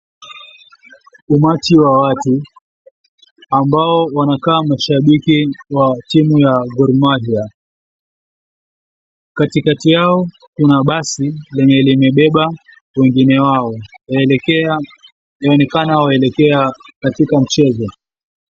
Umati wa watu ambao wanakaa mashabiki wa timu ya Gor Mahia. Katikati yao kuna basi lenye limebeba wengine wao, yaonekana waelekea katika mchezo.